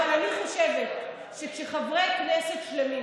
אבל אני חושבת שכשחברי כנסת שלמים,